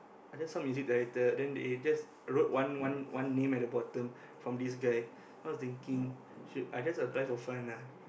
I just saw music director then they just wrote one one one name at the bottom from this guy then I was thinking should I just apply for fun lah